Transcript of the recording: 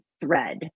thread